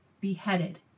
beheaded